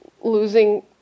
losing